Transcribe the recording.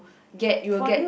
get you will get